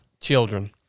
children